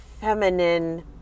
feminine